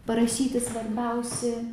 parašyti svarbiausi